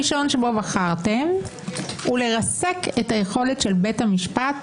השלב הראשון שבו בחרתם הוא לרסק את היכולת של בית המשפט,